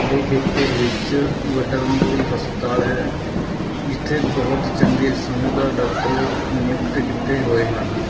ਦੇ ਖੇਤਰ ਵਿੱਚ ਵਟਰਨਰੀ ਹਸਪਤਾਲ ਹੈ ਜਿੱਥੇ ਬਹੁਤ ਚੰਗੇ ਸਮਝਦਾਰ ਡਾਕਟਰ ਨਿਯੁਕਤ ਕੀਤੇ ਹੋਏ ਹਨ